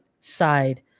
side